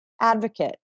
advocate